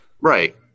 Right